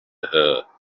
her